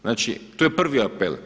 Znači to je prvi apel.